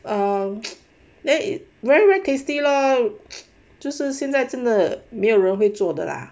um then it very very tasty lor 就是现在真的没有人会做的啦